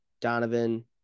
Donovan